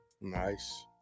nice